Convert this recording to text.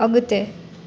अगि॒ते